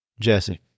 Jesse